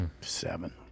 Seven